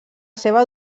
seva